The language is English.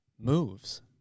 moves